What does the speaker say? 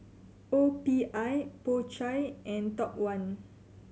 O P I Po Chai and Top One